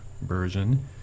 version